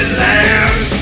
land